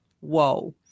Whoa